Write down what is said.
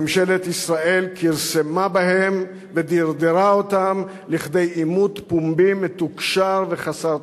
ממשלת ישראל כרסמה בהן ודרדרה אותן לכדי עימות פומבי מתוקשר וחסר תוחלת.